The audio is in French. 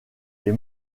des